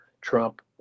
Trump